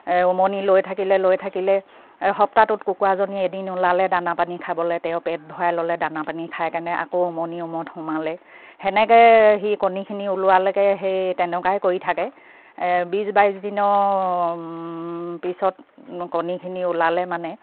উমনি লৈ থাকিলে লৈ থাকিলে সপ্তাহটোত কুকুৰাজনী এদিন ওলালে দানা পানী খাবলে তেওঁ পেট ভৰাই ল'লে দানা পানী খাই কেনে আকৌ উমনি উমত সোমালে সেনেকে সি কণীখিনি ওলোৱালৈকে সেই তেনেকাই কৰি থাকে বিছ বাইছ দিনৰ পিছত কণীখিনি ওলালে মানে